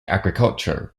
agriculture